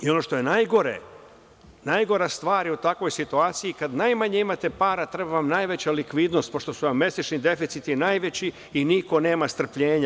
I ono što je najgore, najgora stvar je u takvoj situaciji, kad najmanje imate para treba vam najveća likvidnost, pošto su vam mesečni deficiti najveći i niko nema strpljenja.